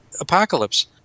apocalypse